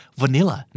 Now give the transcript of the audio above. vanilla